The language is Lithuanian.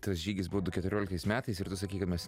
tas žygis buvo du keturioliktais metais ir tu sakydamas